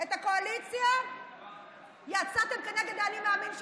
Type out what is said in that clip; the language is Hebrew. את הקואליציה יצאתם נגד האני מאמין שלכם.